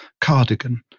Cardigan